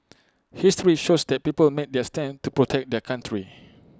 history shows that people made their stand to protect their country